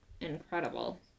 incredible